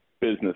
business